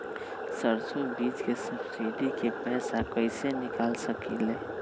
सरसों बीज के सब्सिडी के पैसा कईसे निकाल सकीले?